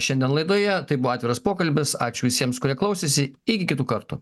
šiandien laidoje tai buvo atviras pokalbis ačiū visiems kurie klausėsi iki kitų kartų